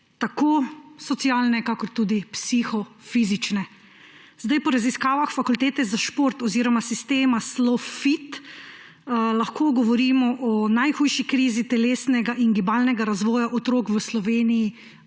tako socialne kakor tudi psihofizične. Po raziskavah Fakultete za šport oziroma sistema SLOfit lahko govorimo o najhujši krizi telesnega in gibalnega razvoja otrok v Sloveniji